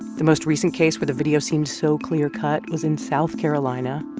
the most recent case where the video seemed so clear-cut was in south carolina,